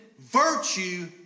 virtue